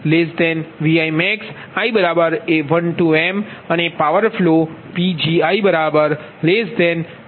અને power flow PijPijmax